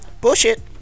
Bullshit